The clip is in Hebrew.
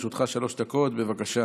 לרשותך שלוש דקות, בבקשה.